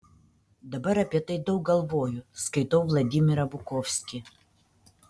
dabar apie tai daug galvoju skaitau vladimirą bukovskį